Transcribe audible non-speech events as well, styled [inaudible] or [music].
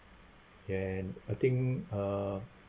[breath] and I think uh